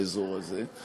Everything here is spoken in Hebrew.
באזור הזה.